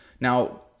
Now